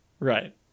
right